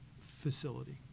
facility